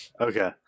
Okay